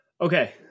Okay